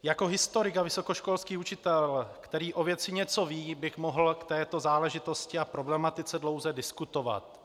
Jako historik a vysokoškolský učitel, který o věci něco ví, bych mohl k této záležitosti a problematice dlouze diskutovat.